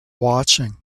watching